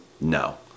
No